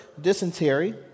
dysentery